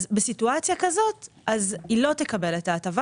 אז בסיטואציה כזאת היא לא תקבל את ההטבה